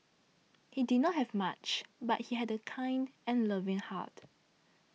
he did not have much but he had a kind and loving heart